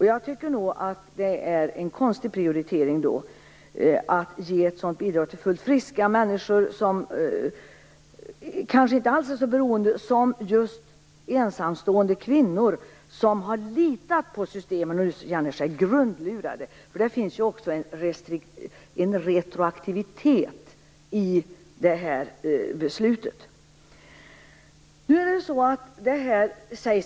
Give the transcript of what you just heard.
Jag tycker att det är en konstig prioritering att ge ett sådant bidrag till fullt friska människor som kanske inte är fullt så beroende som ensamstående kvinnor som har litat på systemet och nu känner sig grundlurade. Det finns också en retroaktivitet i beslutet.